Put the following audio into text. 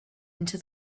into